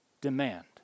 demand